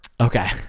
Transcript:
Okay